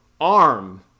arm